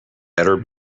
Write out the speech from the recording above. better